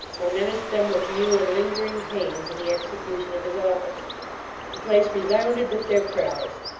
or menaced them with new and lingering pains in the execution of his office the place resounded with their cries.